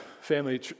Family